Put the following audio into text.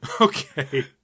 Okay